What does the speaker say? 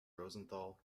rosenthal